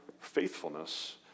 faithfulness